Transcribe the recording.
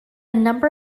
number